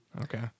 Okay